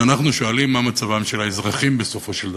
אנחנו שואלים מה מצבם של האזרחים, בסופו של דבר,